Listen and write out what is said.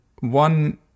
one